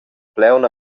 plaun